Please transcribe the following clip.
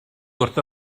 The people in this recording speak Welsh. wrth